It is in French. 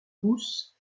rousse